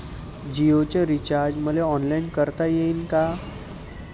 जीओच रिचार्ज मले ऑनलाईन करता येईन का?